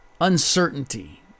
uncertainty